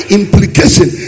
implication